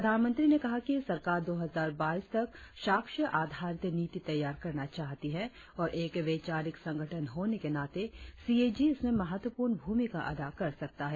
प्रधानमंत्री ने कहा कि सरकार दो हजार बाईस तक साक्ष्य आधारित नीति तैयार करना चाहती है और एक वैचारिक संगठन होने के नाते सीएजी इसमें महत्वपूर्ण भूमिका अदा कर सकता है